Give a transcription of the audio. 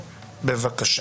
בבקשה.